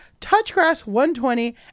touchgrass120